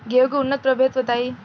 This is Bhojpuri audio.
गेंहू के उन्नत प्रभेद बताई?